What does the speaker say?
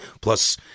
Plus